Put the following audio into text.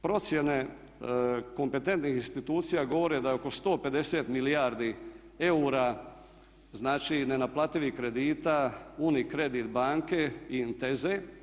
Procjene kompetentnih institucija govore da je oko 150 milijardi eura znači nenaplativih kredita UniCredit banke i Intese.